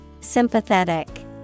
Sympathetic